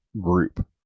group